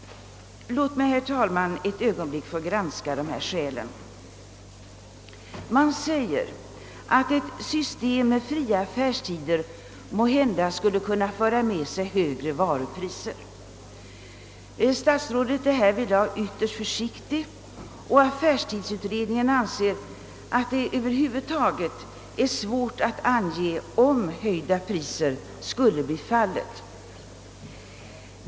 Låt mig, herr talman, ett ögonblick få granska dessa skäl. Man säger att ett system med fria affärstider måhända skulle föra med sig högre varupriser. Statsrådet är härvidlag ytterst försiktig, och affärstidsutredningen anser att det över huvud taget är svårt att bedöma huruvida höjda priser skulle bli en följd av fria affärstider.